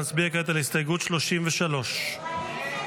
כעת הצבעה על הסתייגות 30. הסתייגות 30 לא נתקבלה.